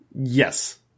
Yes